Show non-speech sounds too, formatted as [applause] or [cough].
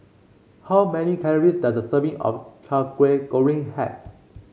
how many calories does a serving of [unintelligible] kway goreng have